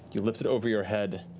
you lift it over your head,